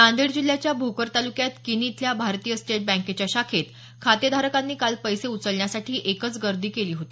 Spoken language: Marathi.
नांदेड जिल्ह्याच्या भोकर तालुक्यात किनी इथल्या भारतीय स्टेट बँकेच्या शाखेत खातेधारकांनी काल पैसे उचलण्यासाठी एकच गर्दी केली होती